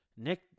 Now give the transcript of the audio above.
Nick